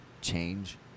change